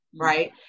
right